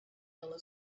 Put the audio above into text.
yellow